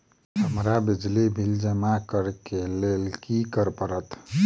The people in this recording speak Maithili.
हमरा बिजली बिल जमा करऽ केँ लेल की करऽ पड़त?